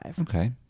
Okay